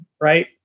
right